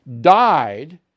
died